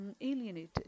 alienated